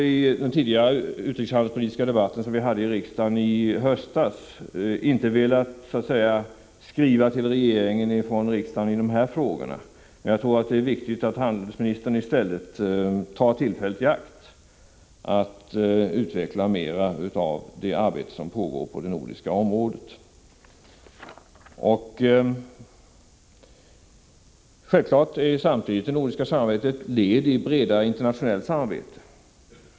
I den utrikeshandelspolitiska debatten i höstas ville inte riksdagen skriva till regeringen i dessa frågor, men jag tror det är viktigt att utrikeshandelsministern tar tillfället i akt att mer utveckla det arbete som pågår på det nordiska området. Det nordiska samarbetet är självklart samtidigt ett led i det breda internationella samarbetet.